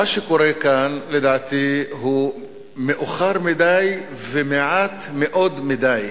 מה שקורה כאן, לדעתי, הוא מאוחר מדי ומעט מדי,